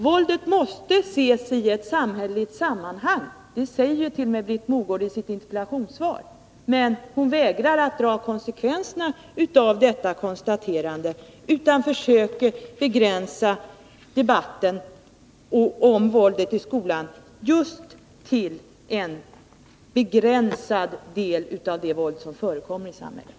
Våldet måste ses i ett samhälleligt sammanhang — det säger t.o.m. Britt Mogård i sitt interpellationssvar. Men hon vägrar dra konsekvenserna av detta konstaterande. Hon försöker i stället begränsa debatten om våldet i skolan just till en begränsad del av det våld som förekommer i samhället.